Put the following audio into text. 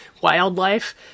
wildlife